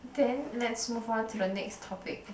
then let's move on to the next topic